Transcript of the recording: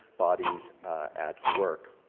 bodies at work.